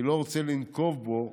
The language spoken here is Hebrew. אני לא רוצה לנקוב בו,